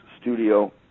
studio